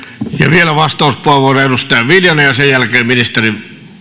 vielä vastauspuheenvuoro edustaja viljanen ja sen jälkeen ministerin